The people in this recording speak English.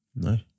No